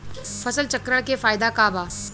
फसल चक्रण के फायदा का बा?